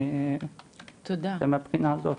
זה מהבחינה הזאת.